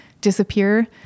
disappear